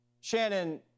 Shannon